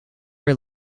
were